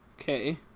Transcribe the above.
Okay